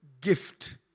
gift